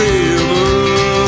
river